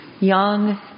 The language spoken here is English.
young